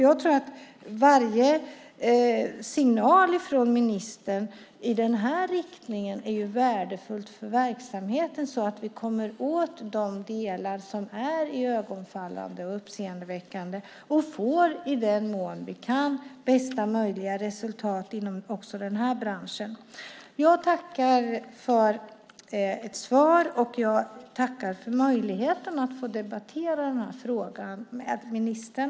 Jag tror att varje signal från ministern i den här riktningen är värdefull för verksamheten, så att vi kommer åt de delar som är iögonfallande och uppseendeväckande och får bästa möjliga resultat också inom den här branschen. Jag tackar för ett svar, och jag tackar för möjligheten att få debattera den här frågan med ministern.